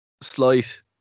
slight